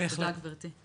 תודה, גבירתי.